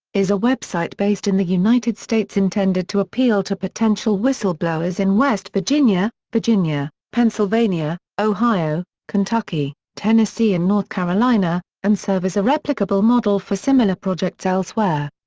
is a website based in the united states intended to appeal to potential whistleblowers in west virginia, virginia, pennsylvania, ohio, kentucky, tennessee and north carolina, and serve as a replicable model for similar projects elsewhere.